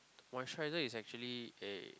moisturizer is actually a